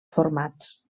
formats